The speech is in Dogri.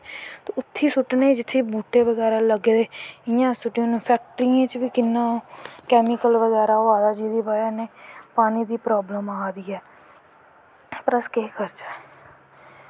उत्थें सुट्टनें जित्थें बूह्टे बगैरा लग्गे दे इयां अस सुट्टी ओड़नें फैक्ट्रियें च बी किन्नां कैमिकल बगैरा होआ दा जेह्दी बज़ह् कन्नै पानी दी प्रावलम आ दी ऐ और अस केह् करचै